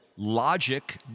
logic